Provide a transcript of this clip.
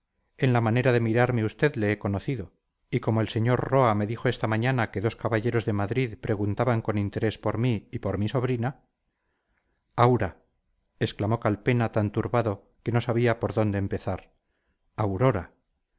en la manera de mirarme usted le he conocido y como el sr roa me dijo esta mañana que dos caballeros de madrid preguntaban con interés por mí y por mi sobrina aura exclamó calpena tan turbado que no sabía por dónde empezar aurora